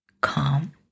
calm